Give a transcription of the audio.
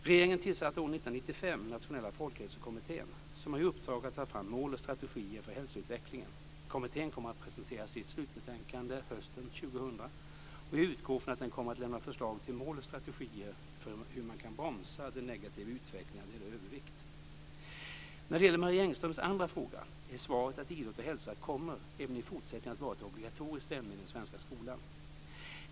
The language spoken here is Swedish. Regeringen tillsatte år 1995 Nationella folkhälsokommittén som har i uppdrag att ta fram mål och strategier för hälsoutvecklingen. Kommittén kommer att presentera sitt slutbetänkande hösten 2000 och jag utgår från att den kommer att lämna förslag till mål och strategier för hur man kan bromsa den negativa utvecklingen när det gäller övervikt. När det gäller Marie Engströms andra fråga är svaret att idrott och hälsa även i fortsättningen kommer att vara ett obligatoriskt ämne i den svenska skolan.